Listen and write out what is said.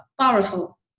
powerful